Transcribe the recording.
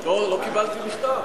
לא, לא קיבלתי מכתב.